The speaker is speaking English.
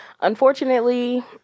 Unfortunately